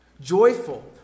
Joyful